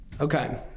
Okay